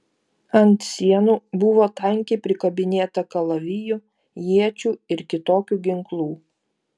ant sienų buvo tankiai prikabinėta kalavijų iečių ir kitokių ginklų